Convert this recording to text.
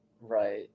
Right